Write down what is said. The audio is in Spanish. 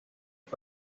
fue